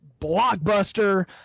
blockbuster